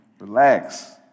Relax